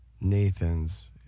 Nathan's